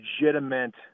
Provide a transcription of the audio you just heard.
legitimate